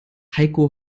heiko